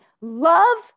Love